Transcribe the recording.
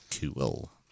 Cool